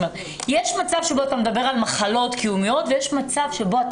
יש מצב שבו אתה מדבר על מחלות קיומית ויש מצב שבו אתה